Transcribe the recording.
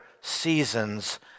seasons